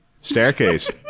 staircase